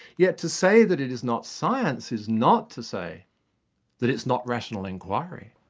yet to say that it is not science is not to say that it's not rational inquiry,